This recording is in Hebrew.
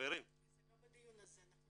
חברים --- זה לא בדיון הזה.